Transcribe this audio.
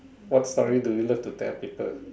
what story do you love to tell people